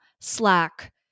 Slack